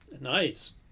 Nice